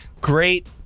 Great